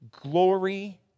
glory